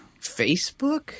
Facebook